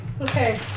Okay